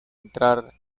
entrar